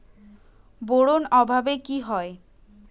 Boron অভাবে কি হয়?